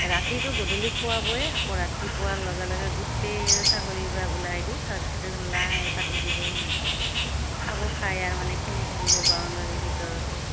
ৰাতিটো গধূলি খোৱাবই আকৌ ৰাতিপুৱাৰ লগে লগে গোটেই ছাগলীৰ পৰা ওলাই দি তাৰপিছতে লাইন পাতি দিব সিহঁতক খাব খাই আৰু মানে খেলি থাকিব বাউণ্ডাৰীৰ ভিতৰতে